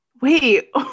Wait